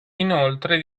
inoltre